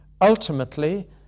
Ultimately